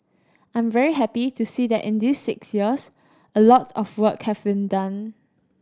I'm very happy to see that in these six years a lot of work have been done